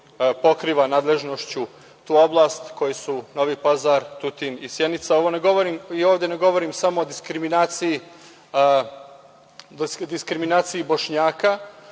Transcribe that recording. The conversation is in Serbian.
pokriva nadležnošću tu oblast, koji su Novi Pazar, Tutin i Sjenica. Ovde ne govorim samo o diskriminaciji Bošnjaka,